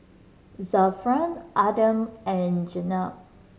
Zafran Adam and Jenab